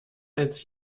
als